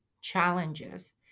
challenges